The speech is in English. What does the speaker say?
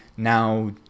Now